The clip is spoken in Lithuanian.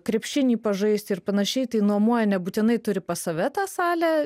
krepšinį pažaisti ir panašiai tai nuomoja nebūtinai turi pas save tą salę